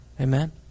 Amen